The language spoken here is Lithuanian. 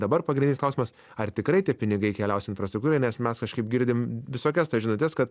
dabar pagrindinis klausimas ar tikrai tie pinigai keliaus infrastruktūrai nes mes kažkaip girdim visokias tas žinutes kad